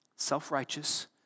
Self-righteous